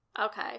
Okay